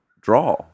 draw